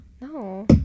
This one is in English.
No